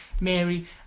Mary